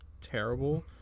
terrible